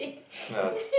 yes